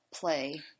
play